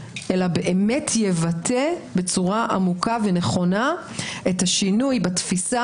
אלא באמת יבטא בצורה עמוקה ונכונה את השינוי בתפיסה